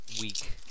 week